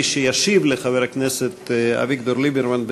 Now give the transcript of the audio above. מי שישיב לחבר הכנסת אביגדור ליברמן,